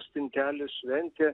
stintelių šventė